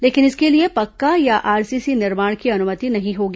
लेकिन इसके लिए पक्का या आरसीसी निर्माण की अनुमति नहीं होगी